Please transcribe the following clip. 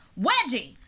Wedgie